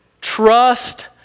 trust